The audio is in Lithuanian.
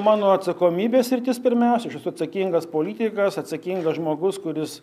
mano atsakomybės sritis pirmiausia aš esu atsakingas politikas atsakingas žmogus kuris